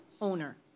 owner